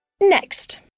Next